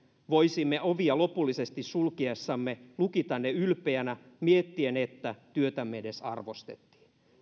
voisimme ovia lopullisesti sulkiessamme lukita ne ylpeänä miettien että työtämme edes arvostettiin